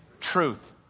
truth